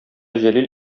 җәлил